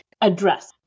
address